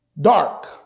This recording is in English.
dark